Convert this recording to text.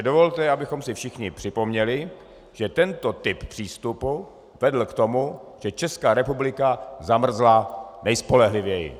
Dovolte, abychom si všichni připomněli, že tento typ přístupu vedl k tomu, že Česká republika zamrzla nejspolehlivěji.